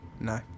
No